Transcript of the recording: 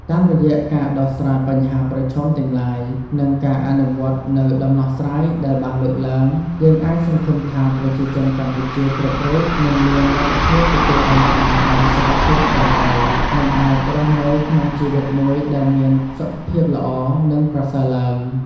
តាមរយៈការដោះស្រាយបញ្ហាប្រឈមទាំងឡាយ និងការអនុវត្តនូវដំណោះស្រាយដែលបានលើកឡើង យើងអាចសង្ឃឹមថាប្រជាជនកម្ពុជាគ្រប់រូបនឹងមានលទ្ធភាពទទួលបានចំណេះដឹងសុខភាពត្រឹមត្រូវ និងអាចរស់នៅក្នុងជីវិតមួយដែលមានសុខភាពល្អ និងប្រសើរឡើង។